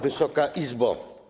Wysoka Izbo!